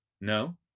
No